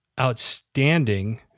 outstanding